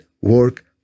work